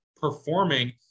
performing